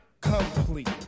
complete